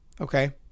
Okay